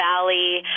Valley